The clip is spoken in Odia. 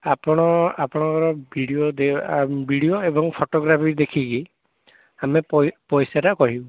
ଆପଣ ଆପଣଙ୍କର ଭିଡ଼ିଓ ଭିଡ଼ିଓ ଏବଂ ଫୋଟୋଗ୍ରାଫି ଦେଖିକି ଆମେ ପଇସାଟା କହିବୁ